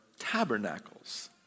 tabernacles